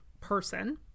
person